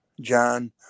John